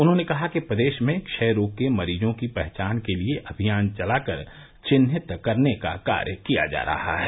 उन्होंने कहा कि प्रदेश में क्षय रोग के मरीजो की पहचान के लिए अभियान चलाकर चिन्हित करने का कार्य किया जा रहा है